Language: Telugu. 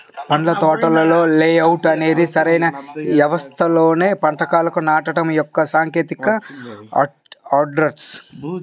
పండ్ల తోటల లేఅవుట్ అనేది సరైన వ్యవస్థలో పంటలను నాటడం యొక్క సాంకేతికత ఆర్చర్డ్